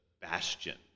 bastion